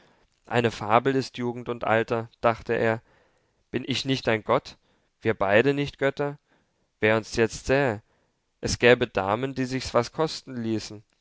eine fabel ist jugend und alter dachte er bin ich nicht ein gott wir beide nicht götter wer uns jetzt sähe es gäbe damen die sich's was kosten ließen